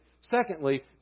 secondly